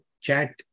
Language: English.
chat